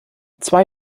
zwei